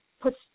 puts